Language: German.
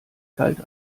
kalt